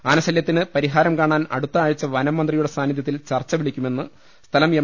ആനശല്യത്തിന് പരിഹാരം കാണാൻ അടുത്ത ആഴ്ച വനം മന്ത്രിയുടെ സാന്നിധ്യത്തിൽ ചർച്ച വിളിക്കുമെന്ന് സ്ഥലം എം